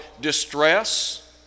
distress